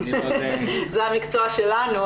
זה המקצוע שלנו,